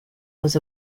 was